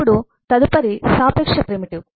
ఇప్పుడు తదుపరి సాపేక్ష ప్రిమిటివ్